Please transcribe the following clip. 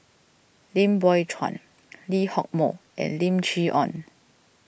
Lim Biow Chuan Lee Hock Moh and Lim Chee Onn